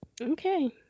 Okay